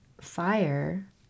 fire